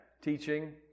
teaching